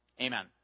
Amen